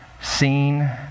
seen